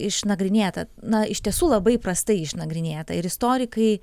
išnagrinėta na iš tiesų labai prastai išnagrinėta ir istorikai